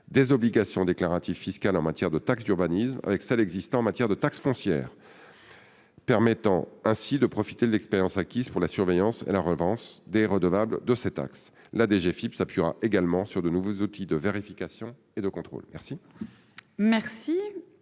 des obligations déclaratives fiscales en matière de taxes d'urbanisme avec celles en vigueur en matière de taxes foncières, ce qui permet de profiter de l'expérience acquise pour la surveillance et la relance des redevables. La DGFiP s'appuiera également sur de nouveaux outils de vérification et de contrôle. La